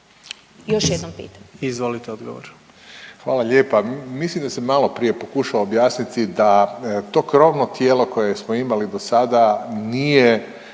odgovor. **Fuchs, Radovan (HDZ)** Hvala lijepa. Mislim da sam maloprije pokušao objasniti da to krovno tijelo koje smo imali dosada nije